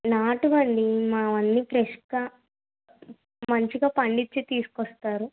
నాటువండీ మావన్ని ఫ్రెష్గా మంచిగా పండించి తీసుకుని వస్తారు